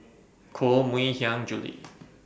Koh Mui Hiang Julie